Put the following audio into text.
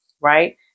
Right